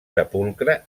sepulcre